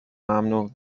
ممنون